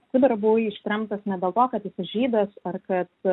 į sibirą buvai ištremtas ne dėl to kad esi žydas ar kad